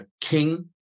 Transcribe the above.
king